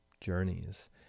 journeys